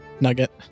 Nugget